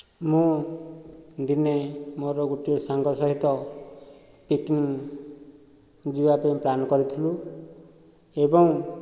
ମୁଁ ଦିନେ ମୋର ଗୋଟିଏ ସାଙ୍ଗ ସହିତ ପିକ୍ନିକ୍ ଯିବା ପାଇଁ ପ୍ଲାନ୍ କରିଥିଲୁ ଏବଂ